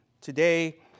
today